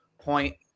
point